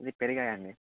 ఇవి పెరిగాయి అండి